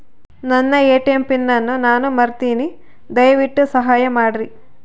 ನನ್ನ ATM PIN ಅನ್ನು ನಾನು ಮರಿತಿನ್ರಿ, ದಯವಿಟ್ಟು ಸಹಾಯ ಮಾಡ್ರಿ